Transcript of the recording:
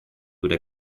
would